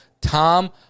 Tom